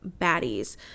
baddies